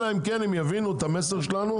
אלא אם כן הם יבינו את המסר שלנו,